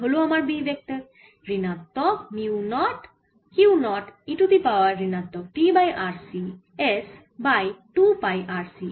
এই হল আমার B ভেক্টর ঋণাত্মক mu naught Q 0 e to the power ঋণাত্মক t by RC s by 2 pi RC a square phi cap